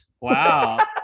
Wow